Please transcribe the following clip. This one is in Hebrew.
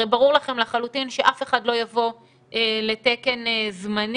הרי ברור לכם לחלוטין שאף אחד לא יבוא לתקן זמני.